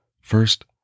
First